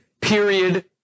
period